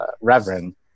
reverend